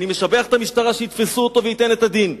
אני משבח את המשטרה שיתפסו אותו וייתן את הדין,